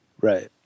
Right